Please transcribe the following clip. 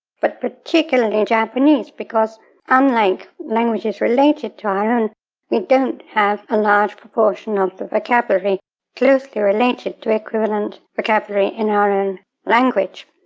but particularly japanese because unlike languages related to our own we don't have a large proportion of the vocabulary closely related to equivalent vocabulary in our own language.